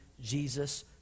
Jesus